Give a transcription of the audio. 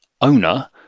owner